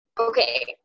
Okay